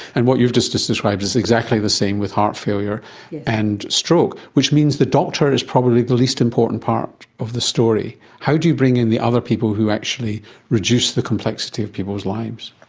and what you've just just described is exactly the same with heart failure and stroke, which means the doctor is probably the least important part of the story. how do you bring in the other people who actually reduce the complexity of people's lives?